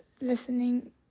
listening